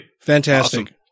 Fantastic